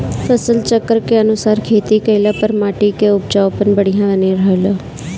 फसल चक्र के अनुसार खेती कइले पर माटी कअ उपजाऊपन बढ़िया बनल रहेला